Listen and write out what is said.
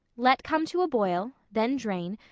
let come to a boil then drain,